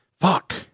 Fuck